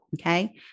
okay